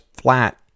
flat